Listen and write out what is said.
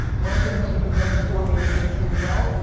one of the things that we do very poorly in this industry as well,